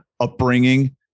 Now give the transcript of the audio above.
upbringing